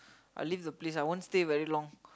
I leave the place I won't stay very long